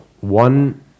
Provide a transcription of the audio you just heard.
one